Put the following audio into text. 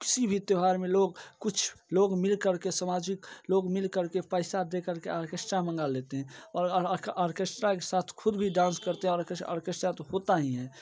किसी भी त्योहार में लोग कुछ लोग मिल कर के समाजिक लोग मिल कर के पैसा दे करके आर्केस्ट्रा मंगा लेते हैं और आर आर्केस्ट्रा के साथ ख़ुद भी डांस करते हैं आर्केस्ट्रा तो होता ही है